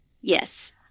Yes